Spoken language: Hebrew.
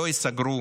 לא ייסגרו